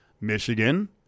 Michigan